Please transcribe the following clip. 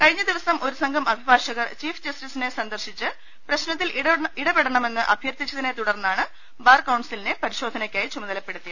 കഴിഞ്ഞ ദിവസം ഒരു സംഘം അഭിഭാഷകർ ചീഫ് ജസ്റ്റിസിനെ സന്ദർശിച്ച് പ്രശ്ന ത്തിൽ ഇടപെടണമെന്ന് അഭ്യർത്ഥിച്ചതിനെ തുടർന്നാണ് ബാർ കൌൺസിലിനെ പരിശോധനയ്ക്കായി ചുമതലപ്പെടുത്തിയത്